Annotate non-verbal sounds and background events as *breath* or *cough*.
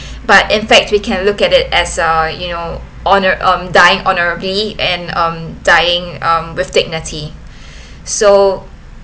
but in fact we can look at it as uh you know honour I'm dying honourably and um dying um with dignity *breath* so